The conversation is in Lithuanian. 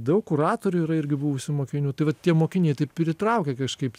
daug kuratorių yra irgi buvusių mokinių tai va tie mokiniai taip ir įtraukia kažkaip